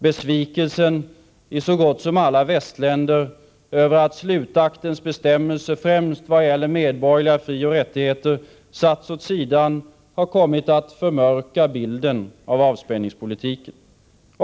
Besvikelsen i så gott som alla över att slutaktens bestämmelser — främst vad gäller medborgerliga frioch rättigheter — satts åt sidan har kommit att förmörka bilden av avspänningspolitiken.